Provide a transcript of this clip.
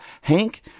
Hank